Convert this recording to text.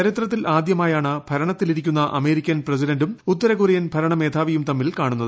ചരിത്രത്തിൽ ആദ്യമായാണ് ഭരണത്തിലിരിക്കുന്ന അമേരിക്കൻ പ്രസിഡന്റും ഉത്തരകൊറിയൻ ഭരണ മേധാവിയും തമ്മിൽ കാണുന്നത്